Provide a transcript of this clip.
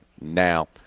now